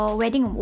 wedding